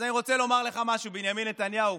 אז אני רוצה לומר לך משהו, בנימין נתניהו.